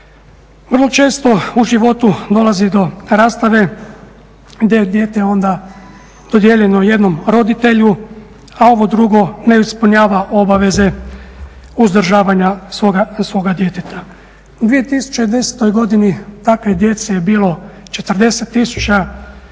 Vrlo često u životu dolazi do rastave gdje je dijete onda dodijeljeno jednom roditelju, a ovo drugo ne ispunjava obaveze uzdržavanja svoga djeteta. U 2010. godini takve djece je bilo 40 000, 2012.